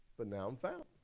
but now i'm found.